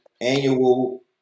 annual